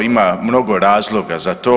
Ima mnogo razloga za to.